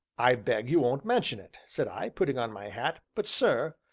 i beg you won't mention it, said i, putting on my hat but, sir,